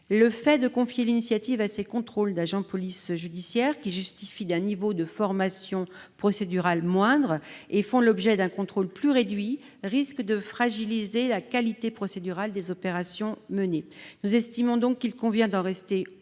Le fait de confier l'initiative de ces contrôles aux APJ, qui justifient d'un niveau de formation procédurale moindre et font l'objet d'un contrôle plus réduit, risque de fragiliser la qualité procédurale des opérations menées. Nous estimons donc qu'il convient d'en rester au